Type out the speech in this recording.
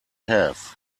have